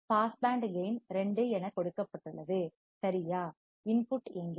pass band கேயின் 2 என கொடுக்கப்பட்டுள்ளது சரியா உள்ளீடு இன்புட் எங்கே